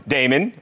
Damon